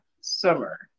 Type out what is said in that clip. summer